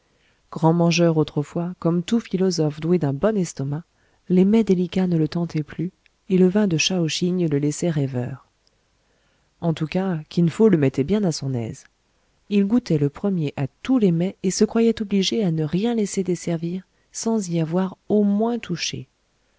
grand mangeur autrefois comme tout philosophe doué d'un bon estomac les mets délicats ne le tentaient plus et le vin de chao chigne le laissait rêveur en tout cas kin fo le mettait bien à son aise il goûtait le premier à tous les mets et se croyait obligé à ne rien laisser desservir sans y avoir au moins touché